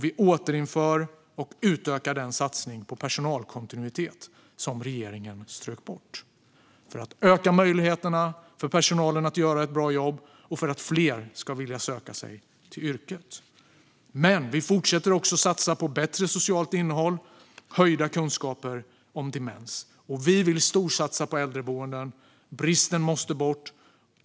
Vi återinför och utökar satsningen på personalkontinuitet, som regeringen strök bort, för att öka möjligheterna för personalen att göra ett bra jobb och för att fler ska vilja söka sig till yrket. Men vi fortsätter också att satsa på bättre socialt innehåll och höjda kunskaper om demens. Vi vill storsatsa på äldreboenden. Bristen måste bort.